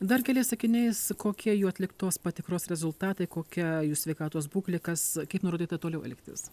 dar keliais sakiniais kokie jų atliktos patikros rezultatai kokia jų sveikatos būklė kas kaip nurodyta toliau elgtis